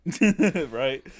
Right